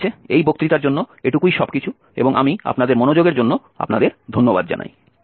ঠিক আছে এই বক্তৃতার জন্য এটুকুই সবকিছু এবং আমি আপনাদের মনোযোগের জন্য আপনাদের ধন্যবাদ জানাই